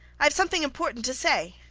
i've something important to say